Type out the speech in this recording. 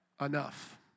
enough